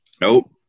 Nope